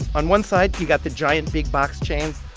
on one side, you got the giant big-box chains.